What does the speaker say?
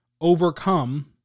overcome